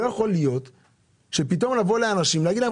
לא יכול להיות שפתאום באים לאנשים ואומרים להם